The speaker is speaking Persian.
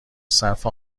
صرف